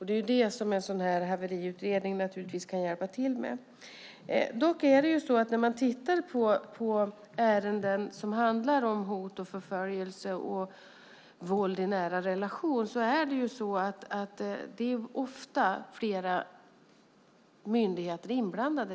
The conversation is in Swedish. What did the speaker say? Det är det som en sådan här haveriutredning kan hjälpa till med. Dock är det så att när man tittar på ärenden som handlar om hot och förföljelse och våld i nära relationer är ofta flera myndigheter redan inblandade.